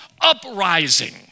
uprising